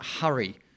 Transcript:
hurry